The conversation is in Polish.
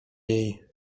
jej